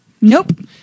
Nope